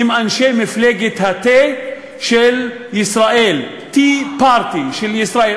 הם אנשי מפלגת התה של ישראל, Tea Party של ישראל.